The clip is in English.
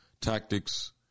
tactics